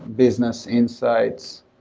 business insights.